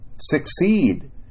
Succeed